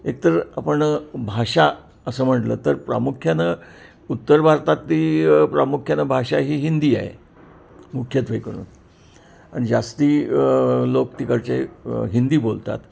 एकतर आपण भाषा असं म्हटलं तर प्रामुख्यानं उत्तर भारतातली प्रामुख्यानं भाषा ही हिंदी आहे मुख्यत्वेकरून आणि जास्त लोक तिकडचे हिंदी बोलतात